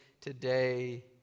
today